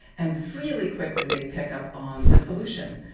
and really quickly they'd pick up on the solution,